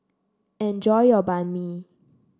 enjoy your Banh Mi